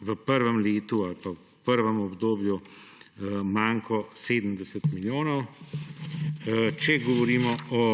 v prvem letu ali pa v prvem obdobju manko 70 milijonov. Če govorimo o